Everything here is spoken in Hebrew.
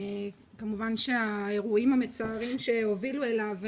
כמובן שהאירועים המצערים שהובילו אליו,